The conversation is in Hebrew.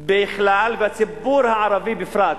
בכלל ואת הציבור הערבי בפרט.